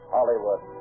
Hollywood